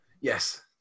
Yes